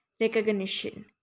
recognition